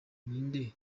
ninde